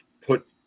put